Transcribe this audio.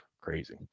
Crazy